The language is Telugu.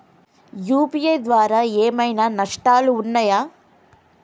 యూ.పీ.ఐ ద్వారా ఏమైనా నష్టాలు ఉన్నయా?